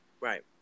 Right